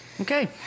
Okay